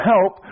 help